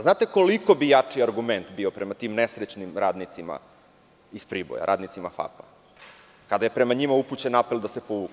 Znate, koliko bi jači argument bio prema tim nesrećnim radnicima iz Priboja, radnicima FAP-a, kada je prema njima upućen apel da se povuku.